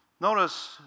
notice